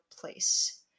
place